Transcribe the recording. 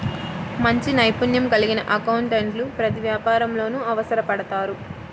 మంచి నైపుణ్యం కలిగిన అకౌంటెంట్లు ప్రతి వ్యాపారంలోనూ అవసరపడతారు